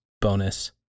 bonus